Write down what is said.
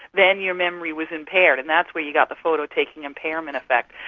then your memory was impaired, and that's where you got the photo-taking impairment effect.